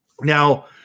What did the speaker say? Now